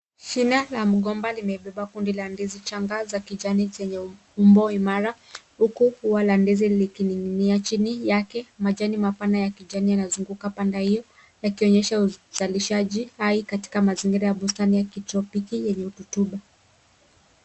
Shina la mgomba limebeba kundi la ndizi changa za kijani zenye umbo imara huku ua la ndizi likining'inia. Chini yake majani mapana ya kijani yanazunguka panda hiyo yakionyesha uzalishaji hai katika mazingira ya bustani ya kitropiki yenye rutuba.